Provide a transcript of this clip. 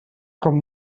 com